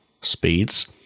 speeds